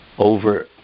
Over